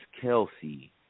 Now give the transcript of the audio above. Kelsey